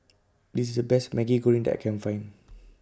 This IS The Best Maggi Goreng that I Can Find